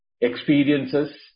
experiences